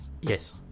yes